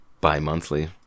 Bi-monthly